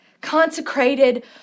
Consecrated